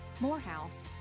Morehouse